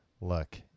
Look